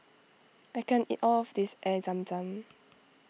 I can't eat all of this Air Zam Zam